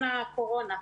הקורונה,